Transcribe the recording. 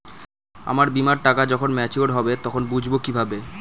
আমার বীমার টাকা যখন মেচিওড হবে তখন বুঝবো কিভাবে?